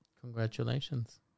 Congratulations